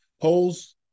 Polls